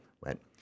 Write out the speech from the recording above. went